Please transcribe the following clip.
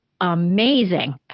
amazing